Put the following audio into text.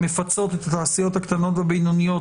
שמפצות את התעשיות הקטנות והבינוניות